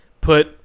Put